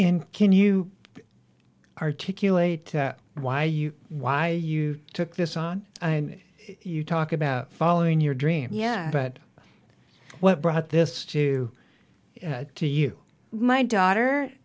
can you articulate why you why you took this on and you talk about following your dream yeah but what brought this to to you my daughter